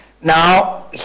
Now